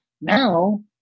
now